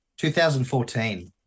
2014